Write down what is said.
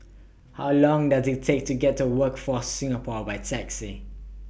How Long Does IT Take to get to Workforce Singapore By Taxi